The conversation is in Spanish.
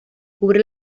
cubre